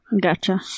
Gotcha